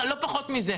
לא פחות מזה.